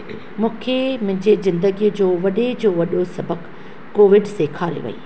मूंखे मुंहिंजे ज़िंदगीअ जो वॾे में वॾो सबक़ु कोविड सेखारे वेई